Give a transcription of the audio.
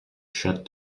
shut